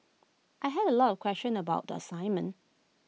I had A lot of questions about the assignment